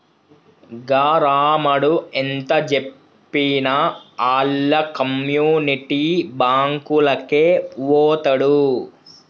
గా రామడు ఎంతజెప్పినా ఆళ్ల కమ్యునిటీ బాంకులకే వోతడు